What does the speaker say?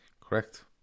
Correct